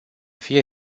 fie